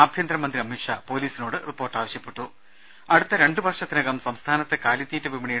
ആഭ്യന്തരമന്ത്രി അമിത് ഷാ പൊലീസിനോട് റിപ്പോർട്ട് ആവശ്യപ്പെട്ടു അടുത്ത രണ്ടു വർഷത്തിനകം സംസ്ഥാനത്തെ കാലിത്തീറ്റ വിപണി